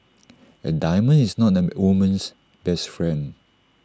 A diamond is not A woman's best friend